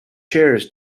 chairs